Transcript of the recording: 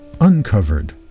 uncovered